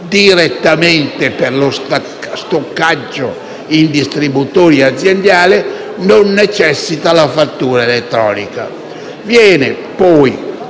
direttamente per lo stoccaggio in distributori aziendali non necessita la fattura elettronica.